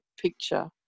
picture